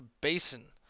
basin